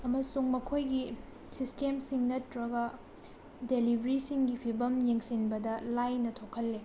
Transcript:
ꯑꯃꯁꯨꯡ ꯃꯈꯣꯏꯒꯤ ꯁꯤꯁꯇꯦꯝꯁꯤꯡ ꯅꯠꯇ꯭ꯔꯒ ꯗꯦꯂꯤꯕꯤꯔꯤꯁꯤꯡꯒꯤ ꯐꯤꯕꯝ ꯌꯦꯡꯁꯤꯟꯕꯗ ꯂꯥꯏꯅ ꯊꯣꯛꯍꯜꯂꯤ